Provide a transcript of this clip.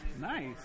Nice